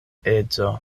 edzo